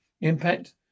Impact